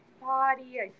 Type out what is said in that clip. body